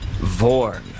Vorn